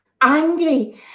angry